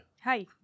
Hi